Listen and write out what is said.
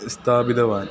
स्थापितवान्